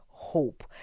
hope